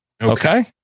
Okay